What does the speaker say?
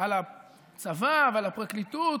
על הצבא ועל הפרקליטות,